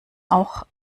auch